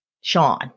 Sean